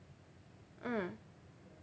mm